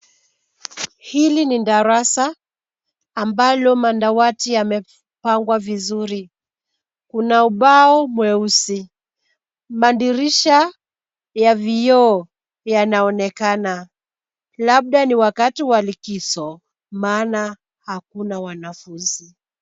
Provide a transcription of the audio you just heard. Hili ni darasa ambalo madawati yamepangwa vizuri. Kuna ubao mweusi. Madirisha ya vioo yanaonekana. Labda ni wakati wa likizo maana hakuna wanafunzi.